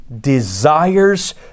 desires